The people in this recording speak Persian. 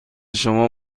شما